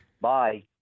Bye